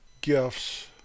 gifts